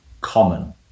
common